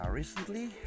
Recently